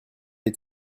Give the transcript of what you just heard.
est